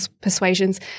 persuasions